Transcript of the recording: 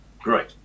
great